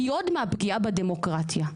היא עוד מהפגיעה בדמוקרטיה.